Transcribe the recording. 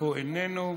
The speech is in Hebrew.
הוא איננו.